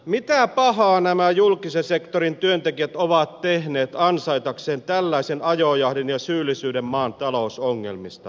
mitä pahaa nämä julkisen sektorin työntekijät ovat tehneet ansaitakseen tällaisen ajojahdin ja syyllisyyden maan talousongelmista